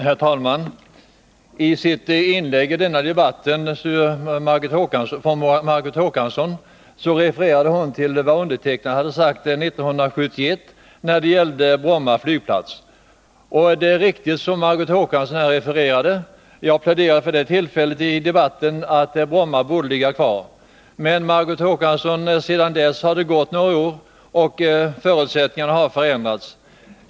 Herr talman! I sitt inlägg i denna debatt refererade Margot Håkansson till vad jag hade sagt 1971 när det gällde Bromma flygplats. Det Margit Håkansson refererade var riktigt. Jag pläderade vid det tillfället i debatten för att Bromma borde vara kvar. Men, Margot Håkansson, sedan dess har det gått några år, och förutsättningarna har förändrats.